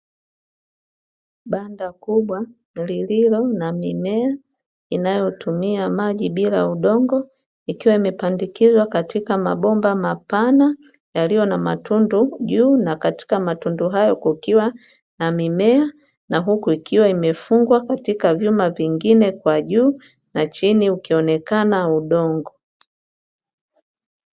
Shamba kubwa lililo na mimea inayotumia maji bila udongo, ikiwa imepandikizwa katika mabomba mapana yaliyo na matundu juu, na katika matundu hayo kukiwa na mimea na huku ikiwa imefungwa katika vyuma vingine kwa juu na chini ukionekana udongo.